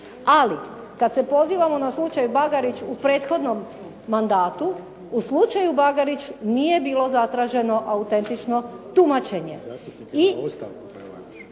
Ali, kada se pozivamo na slučaj Bagarić u prethodnom mandatu u slučaju Bagarić nije bilo zatraženo atutentično tumačenje,